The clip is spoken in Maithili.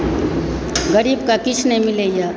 गरीबके किछु नहि मिलैया